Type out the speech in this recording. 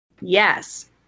Yes